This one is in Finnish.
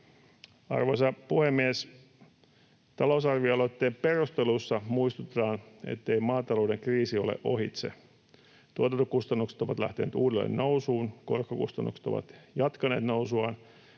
Arvoisa puhemies! Talousarvioaloitteen perusteluissa muistutetaan, ettei maatalouden kriisi ole ohitse. Tuotantokustannukset ovat lähteneet uudelleen nousuun, korkokustannukset ovat jatkaneet nousuaan,